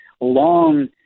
long